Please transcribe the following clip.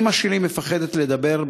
אימא שלי מפחדת לדבר,